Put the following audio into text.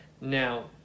Now